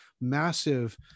massive